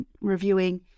reviewing